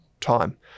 time